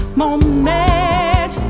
moment